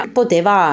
poteva